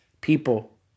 people